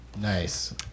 Nice